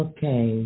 Okay